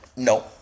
No